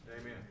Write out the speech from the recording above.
Amen